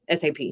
SAP